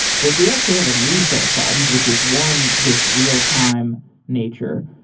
but we actually have a new set of problems which is one, this real-time nature.